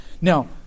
Now